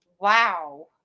Wow